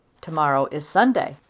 to-morrow is sunday.